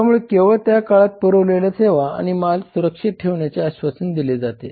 त्यामुळे केवळ त्या काळातच पुरवलेल्या सेवा आणि माल सुरक्षित ठेवण्याचे आश्वासन दिले जाते